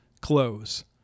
close